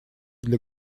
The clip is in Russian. для